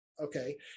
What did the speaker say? Okay